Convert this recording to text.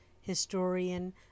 historian